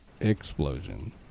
explosion